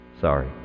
Sorry